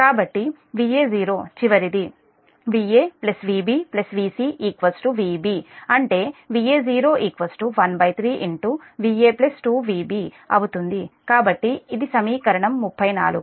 కాబట్టి మరియు Va0 చివరిది Va Vb Vc Vb అంటే Va0 13 Va 2 Vb కాబట్టి ఇది సమీకరణం 34